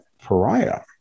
pariah